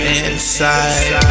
inside